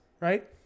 right